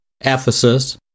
Ephesus